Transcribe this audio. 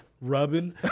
Rubbing